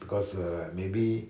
because err maybe